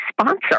sponsor